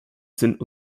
sind